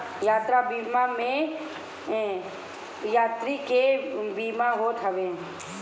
यात्रा बीमा में यात्री के बीमा होत हवे